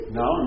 no